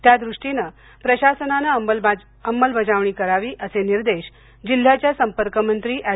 त्यादृष्टीने प्रशासनाने अंमलबजावणी करावी असे निर्देश जिल्ह्याच्या संपर्कमंत्री ऍड